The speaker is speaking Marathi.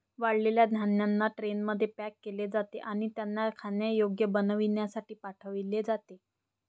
वाळलेल्या धान्यांना ट्रेनमध्ये पॅक केले जाते आणि त्यांना खाण्यायोग्य बनविण्यासाठी पाठविले जाते